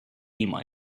ilma